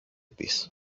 της